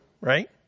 Right